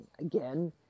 again